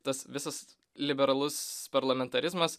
tas visas liberalus parlamentarizmas